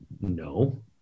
No